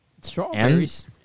Strawberries